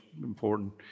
important